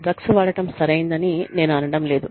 drugs వాడటం సరైందేనని నేను అనడం లేదు